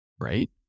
right